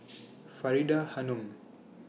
Faridah Hanum